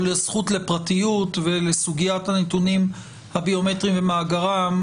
לזכות לפרטיות ולסוגיית הנתונים הביומטריים ומאגרם,